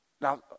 Now